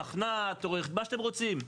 מתכנת, מה שאתם רוצים.